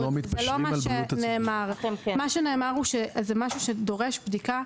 מה שנאמר הוא שזה משהו שדורש בדיקה.